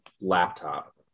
laptop